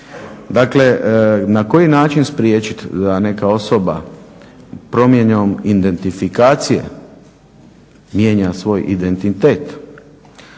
Dakle, na koji način spriječiti da neka osoba promjenom identifikacije mijenja svoj identitet.